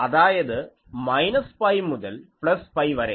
അതായത് minus pi മുതൽ plus pi വരെ